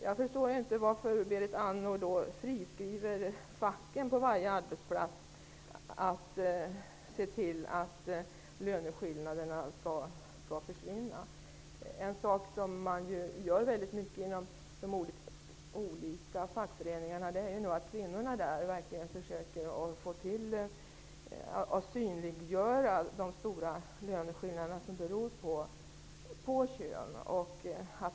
Jag förstår inte varför Berit Andnor friskriver facken på varje arbetsplats när det gäller att se till att löneskillnaderna skall försvinna. Inom de olika fackföreningarna försöker kvinnorna väldigt ofta göra de stora löneskillnader synliga som beror på just kön.